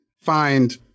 find